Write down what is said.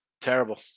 Terrible